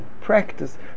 practice